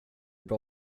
bra